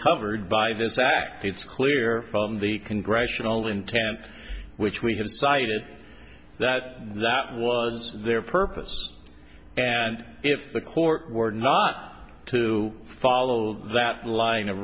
covered by this act it's clear from the congressional intent which we have cited that that was their purpose and if the court were not to follow that line of